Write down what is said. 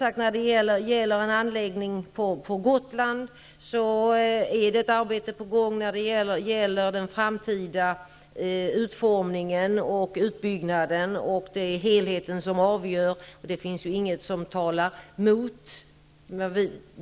I fråga om en anläggning på Gotland är ett arbete nu på gång när det gäller den framtida utformningen och utbyggnaden. Det är helheten som avgör, och det finns ingenting som talar emot.